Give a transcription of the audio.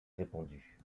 répondu